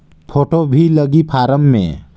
Photo भी लगी form मे?